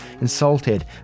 insulted